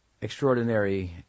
extraordinary